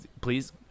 please